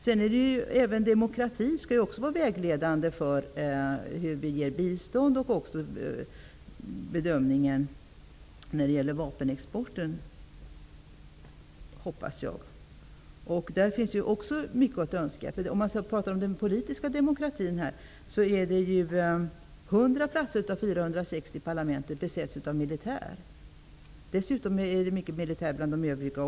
Jag hoppas att även demokrati skall vara vägledande för vårt bistånd och bedömningen av vapenexporten. Där finns också mycket att önska. När det gäller den politiska demokratin framgår det att 100 platser av 460 i parlamentet besätts av militärer. Dessutom finns det många militärer bland de övriga.